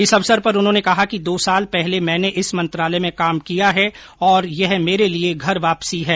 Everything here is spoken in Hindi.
इस अवसर पर उन्होंने कहा कि दो साल पहले मैनें इस मंत्रालय में काम किया है और मेरे लिये यह घर वापसी है